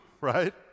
Right